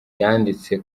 yanditse